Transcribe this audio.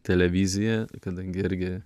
televiziją kadangi irgi